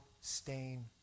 stain